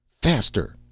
faster,